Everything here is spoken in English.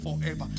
forever